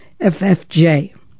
ffj